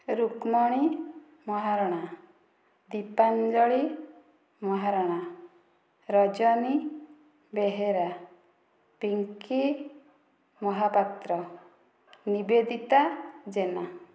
Rukmini Maharana Dipanjali Maharana Rajani Behera Pinki Mahapatra Nibedita Jena